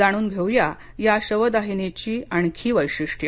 जाणून घेऊया या शवदाहिनीच्या आणखी वैशिष्ट्ये